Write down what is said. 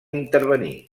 intervenir